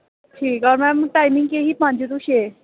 ठीक ऐ होर मैम टाईमिंग केह् ही पंज टू छे